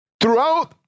throughout